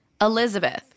Elizabeth